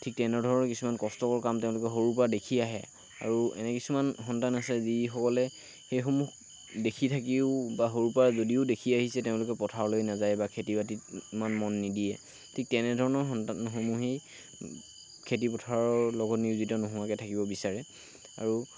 ঠিক তেনেধৰণৰ কিছুমান কষ্টকৰ কাম তেওঁলোকে সৰুৰ পৰা দেখি আহে আৰু এনে কিছুমান সন্তান আছে যিসকলে সেইসমূহ দেখি থাকিও বা সৰুৰ পৰা যদিও দেখি আহিছে তেওঁলোকে পথাৰলৈ নাযায় বা খেতি বাতিত ইমান মন নিদিয়ে ঠিক তেনেধৰণৰ সন্তানসমূহেই খেতিপথাৰৰ লগত নিয়োজিত নোহোৱাকৈ থাকিব বিচাৰে আৰু